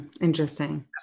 interesting